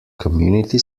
community